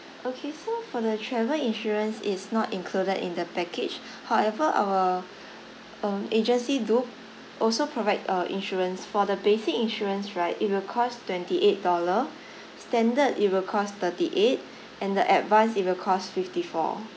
okay for the travel insurance it's not included in the package however our um agency do also provide uh insurance for the basic insurance right it will cost twenty eight dollar standard it will cost thirty eight and the advance it will cost fifty four